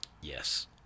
yes